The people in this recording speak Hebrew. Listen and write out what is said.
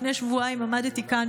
לפני שבועיים עמדתי כאן,